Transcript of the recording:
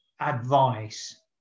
Advice